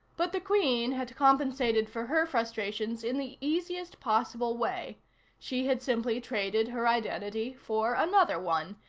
but the queen had compensated for her frustrations in the easiest possible way she had simply traded her identity for another one,